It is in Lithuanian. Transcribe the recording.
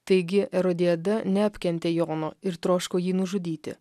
taigi erodiada neapkentė jono ir troško jį nužudyti